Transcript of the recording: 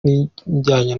n’ibijyanye